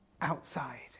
outside